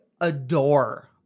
adore